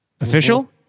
official